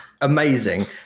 amazing